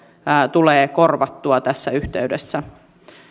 tulee korvattua tässä yhteydessä